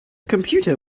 computer